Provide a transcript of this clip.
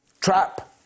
trap